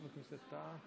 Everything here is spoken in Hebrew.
אני.